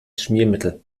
schmiermittel